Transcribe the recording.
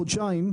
חודשיים,